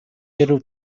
хэрэв